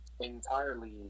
entirely